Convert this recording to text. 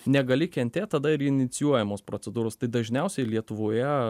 negali kentėt tada ir inicijuojamos procedūros tai dažniausiai lietuvoje